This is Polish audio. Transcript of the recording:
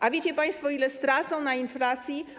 A wiecie państwo, ile stracą na inflacji?